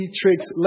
tricks